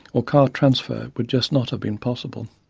or car transfer, would just not have been possible.